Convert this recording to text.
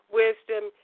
wisdom